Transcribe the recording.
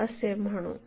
असे म्हणू